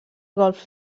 golf